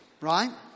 right